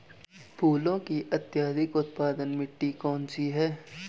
फूलों की अत्यधिक उत्पादन मिट्टी कौन सी है?